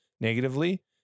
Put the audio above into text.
negatively